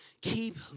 Keep